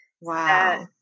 Wow